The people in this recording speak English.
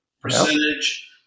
percentage